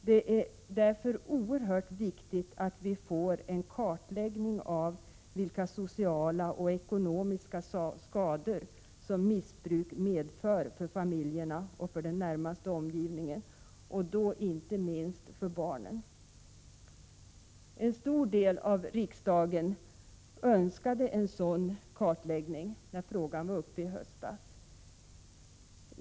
Det är därför oerhört viktigt att vi får en kartläggning av vilka sociala och ekonomiska skador som missbruk medför för familjerna och för den närmaste omgivningen, och då inte minst för barnen. En stor del av riksdagen önskade en sådan kartläggning, när frågan var uppe i höstas.